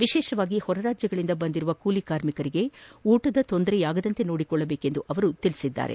ವಿಶೇಷವಾಗಿ ಹೊರ ರಾಜ್ಯಗಳಿಂದ ಬಂದಿರುವ ಕೂಲಿ ಕಾರ್ಮಿಕರಿಗೆ ಊಟದ ತೊಂದರೆ ಆಗದಂತೆ ನೋಡಿಕೊಳ್ಳಬೇಕೆಂದು ಹೇಳಿದರು